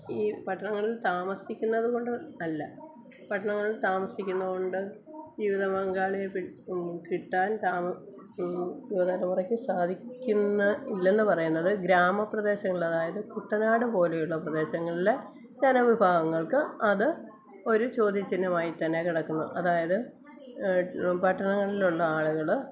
ഈ പട്ടണങ്ങളിൽ താമസിക്കുന്നതുകൊണ്ട് അല്ല പട്ടണങ്ങളിൽ താമസിക്കുന്നോണ്ട് ജീവിതപങ്കാളിയെ കിട്ടാൻ താമ് യുവതലമുറക്ക് സാധിക്കുന്നെ ഇല്ലെന്ന് പറയുന്നത് ഗ്രാമപ്രദേശങ്ങളിൽ അതായത് കുട്ടനാടുപോലെയുള്ള പ്രദേശങ്ങളിൽ ജനവിഭാഗങ്ങൾക്ക് അത് ഒരു ചോദ്യചിഹ്നമായിത്തന്നെ കിടക്കുന്നു അതായത് പട്ടണങ്ങളിലുള്ള ആളുകൾ